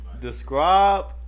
Describe